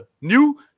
new